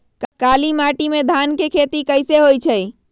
काली माटी में धान के खेती कईसे होइ छइ?